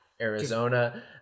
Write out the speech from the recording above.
Arizona